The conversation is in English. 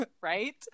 right